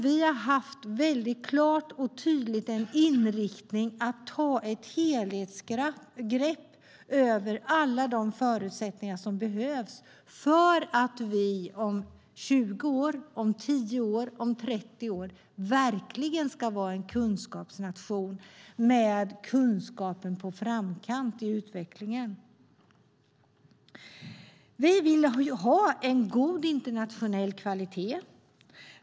Vi har mycket haft en inriktning på att ta ett helhetsgrepp över alla de förutsättningar som behövs för att vi om 10, 20 eller 30 år verkligen ska vara en kunskapsnation med kunskapen i framkant på utvecklingen. Vi vill ha en god internationell kvalitet.